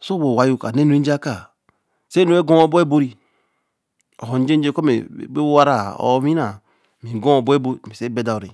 Soō mo owa yo ka na enu re je kaā, se nu ra gu we-l bo bol re, or jeje ku mme owa or owu ra bi gu ho bor bol, se bo dor re,